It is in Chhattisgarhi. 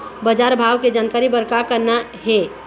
बजार भाव के जानकारी बर का करना हे?